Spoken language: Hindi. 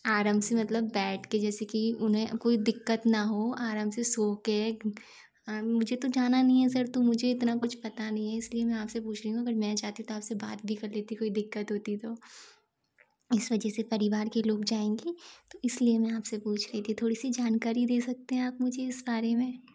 आराम से मतलब बैठ के जैसे कि उन्हें कोई दिक्कत ना हो आराम से सो के मुझे तो जाना नहीं है सर तो मुझे इतना कुछ पता नहीं है इस लिए मैं आप से पुछ रही हूँ अगर मैं जाती तो आप से बात भी कर लेती कोई दिक्कत होती तो इस में जैसे परिवार के लोग जाएंगे तो इस लिए मैं आप से पूछ रही थी थोड़ी सी जानकारी दें सकते हैं आप मुझे इस बारे में